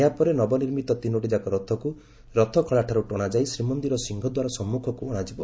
ଏହାପରେ ନବନିର୍ମିତ ତିନୋଟିଯାକ ରଥକୁ ରଥଖଳାଠାରୁ ଟଣାଯାଇ ଶ୍ରୀମନ୍ଦିର ସିଂହଦ୍ୱାର ସମ୍ପଖକ୍ ଅଣାଯିବ